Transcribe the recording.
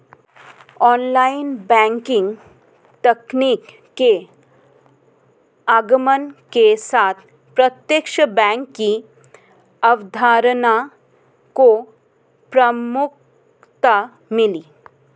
online banking तकनीक के आगमन के साथ प्रत्यक्ष बैंक की अवधारणा को प्रमुखता मिली